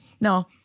no